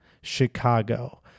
Chicago